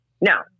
Now